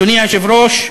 אדוני היושב-ראש,